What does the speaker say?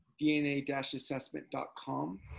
dna-assessment.com